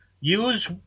use